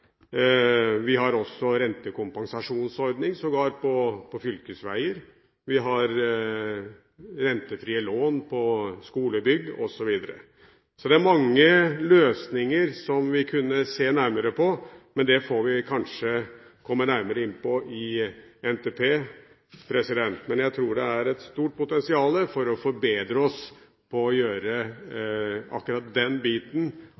Vi har sågar rentekompensasjonsordning på fylkesveier, vi har rentefrie lån på skolebygg, osv. Så det er mange løsninger som vi kunne se nærmere på, men det får vi kanskje komme nærmere inn på i forbindelse med NTP. Men jeg tror vi har et stort potensial for å forbedre oss med hensyn til å gjøre akkurat den biten